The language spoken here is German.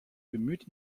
bemüht